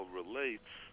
relates